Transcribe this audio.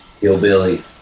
hillbilly